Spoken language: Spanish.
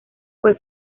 fue